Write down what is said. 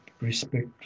respect